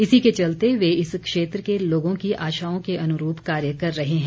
इसी के चलते वह इस क्षेत्र के लोगों की आशाओं के अनुरूप कार्य कर रहे हैं